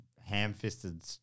ham-fisted